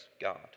God